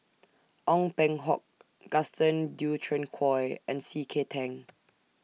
Ong Peng Hock Gaston Dutronquoy and C K Tang